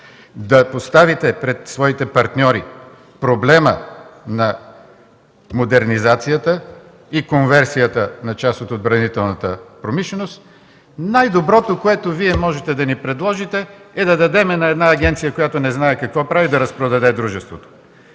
да поставите пред своите партньори проблема на модернизацията и конверсията на част от отбранителната промишленост – най-доброто, което Вие можете да ни предложите, е да дадем на една агенция, която не знае какво прави, да разпродаде дружеството.